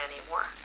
anymore